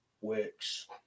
works